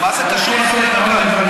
מה זה קשור לחברי מרכז?